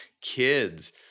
kids